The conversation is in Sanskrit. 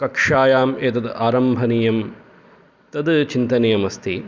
कक्षायाम् एतत् आरम्भनीयम् तत् चिन्तनीयम् अस्ति